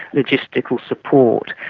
logistical support.